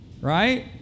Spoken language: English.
right